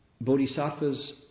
Bodhisattvas